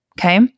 Okay